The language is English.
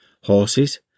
Horses